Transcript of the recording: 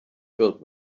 filled